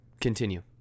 continue